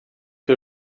que